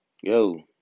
Yo